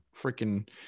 freaking